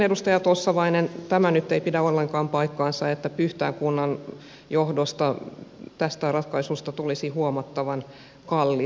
edustaja tossavainen tämä nyt ei pidä ollenkaan paikkaansa että pyhtään kunnasta johtuen tästä ratkaisusta tulisi huomattavan kallis